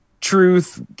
Truth